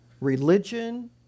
religion